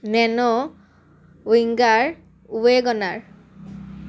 nano winger WagonR